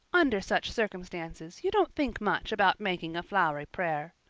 under such circumstances you don't think much about making a flowery prayer.